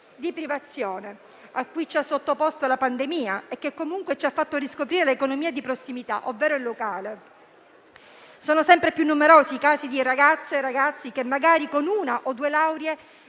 di privazione a cui ci ha sottoposto la pandemia, che comunque ci ha fatto riscoprire l'economia di prossimità, ovvero il locale. Sono sempre più numerosi i casi di ragazze e ragazzi, magari con una o due lauree,